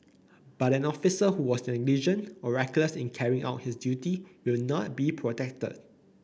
but an officer who was negligent or reckless in carrying out his duty will not be protected